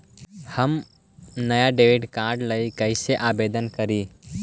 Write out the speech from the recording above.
हम नया debit card लागी कईसे आवेदन करी?